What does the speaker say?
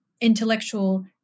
intellectual